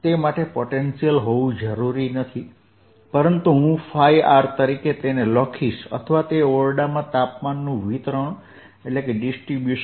તે માટે પોટેન્શિયલ હોવું જરૂરી નથી પરંતુ હું rતરીકે તેને લખીશ અથવા તે ઓરડામાં તાપમાનનું વિતરણ છે તેમ દર્શાવીશ